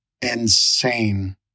insane